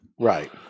Right